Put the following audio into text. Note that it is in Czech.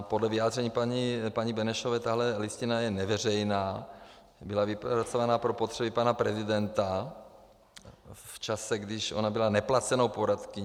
Podle vyjádření paní Benešové tahle listina je neveřejná, byla vypracována pro potřeby pana prezidenta v čase, kdy ona byla neplacenou poradkyní.